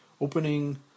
Opening